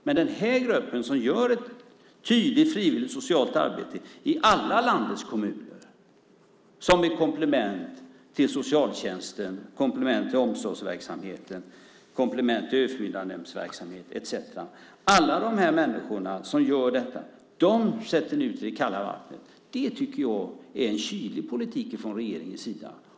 Men den här gruppen, som gör ett tydligt frivilligt, socialt arbete i alla landets kommuner som ett komplement till socialtjänsten, omsorgsverksamheten, överförmyndarnämndsverksamheten etcetera, sätter ni ut i det kalla vattnet. Det tycker jag är en kylig politik från regeringens sida.